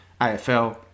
AFL